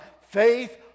faith